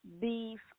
beef